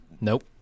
Nope